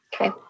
Okay